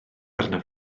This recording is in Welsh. arnaf